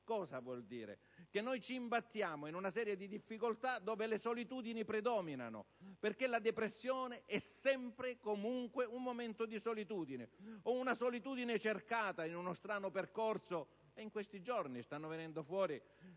ciò? Vuol dire che ci imbattiamo in una serie di difficoltà dove le solitudini predominano. La depressione è sempre e comunque un momento di solitudine: o una solitudine cercata in uno strano percorso, e in questi giorni stanno venendo fuori